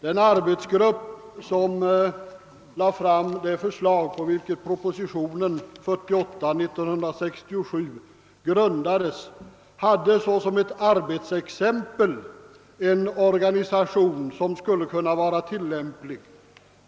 Den arbetsgrupp som lade fram det förslag, på vilket propositionen 48 år 1967 grundades, hade såsom ett arbetsexempel en organisation som skulle kunna vara tillämplig.